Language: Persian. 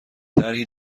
طرحی